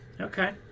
okay